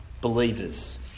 believers